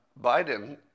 Biden